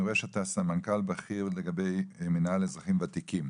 אני רואה שאתה סמנכ"ל בכיר, אזרחים ותיקים.